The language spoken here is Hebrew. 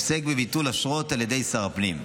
העוסק בביטול אשרות על ידי שר הפנים.